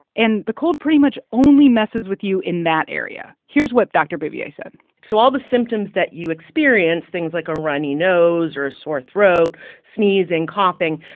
and the cold pretty much only messes with you in that area. here's what dr. bouvier said so all the symptoms that you experience, things like a runny nose or a sore throat, sneezing, coughing,